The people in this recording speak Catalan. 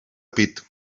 pit